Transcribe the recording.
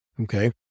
okay